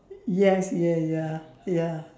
yes yes ya ya